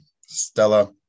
Stella